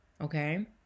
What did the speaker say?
okay